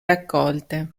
raccolte